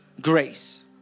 grace